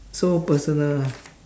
so personal lah